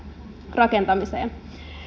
rakentamiseen